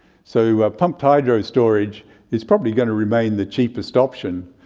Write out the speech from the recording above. so ah pumped hydro storage is probably going to remain the cheapest option,